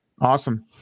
Awesome